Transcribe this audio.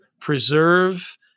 preserve